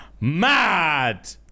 Mad